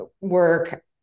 work